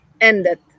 ended